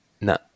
no